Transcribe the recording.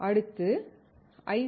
அடுத்து ஐ